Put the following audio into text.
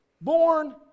born